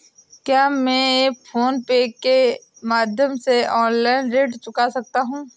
क्या मैं PhonePe के माध्यम से ऑनलाइन ऋण चुका सकता हूँ?